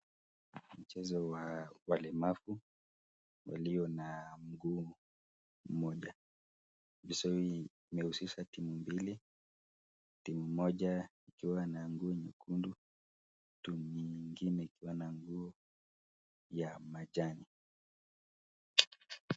Mchezo wa walemavu, walio na mguu moja. Mchezo hii inahusisha timu mbili. Timu moja ikiwa na nguo nyekundu na timu ingine ikiwa na nguo ya majani.